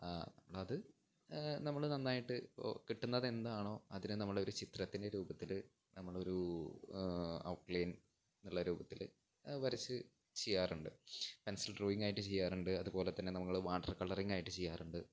അത് നമ്മള് നന്നായിട്ട് ഇപ്പോള് കിട്ടുന്നതെന്താണോ അതിനെ നമ്മളൊരു ചിത്രത്തിൻ്റെ രൂപത്തില് നമ്മളൊരു ഔട്ട്ലൈൻ എന്നുള്ള രൂപത്തില് വരച്ച് ചെയ്യാറുണ്ട് പെൻസിൽ ഡ്രോയിങ് ആയിട്ട് ചെയ്യാറുണ്ട് അതുപോലെ തന്നെ നമ്മള് വാട്ടർ കളറിങ്ങ് ആയിട്ട് ചെയ്യാറുണ്ട്